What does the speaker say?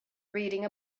reading